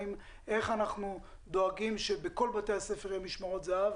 איך אנחנו דואגים שבכל בתי הספר יהיו משמרות זה"ב,